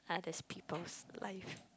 other than people's life